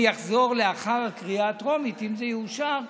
אני אחזור לאחר הקריאה הטרומית, אם זה יאושר.